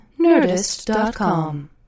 Nerdist.com